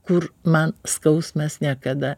kur man skausmas niekada